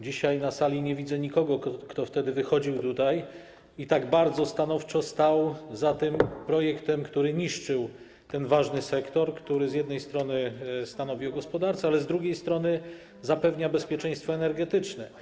Dzisiaj na sali nie widzę nikogo, kto wtedy tutaj wychodził i bardzo stanowczo stał za projektem, który niszczył ten ważny sektor, który z jednej strony stanowił o gospodarce, ale z drugiej strony zapewniał bezpieczeństwo energetyczne.